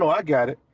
no, i've got it.